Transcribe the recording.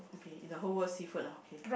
okay in the whole word seafood lah okay